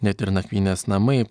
net ir nakvynės namai